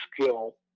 skill